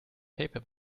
paper